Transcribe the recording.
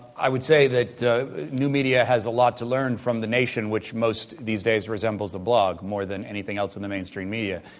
i would say that new media has a lot to learn from the nation, which most these days resembles a blog, more than anything else in the mainstream media.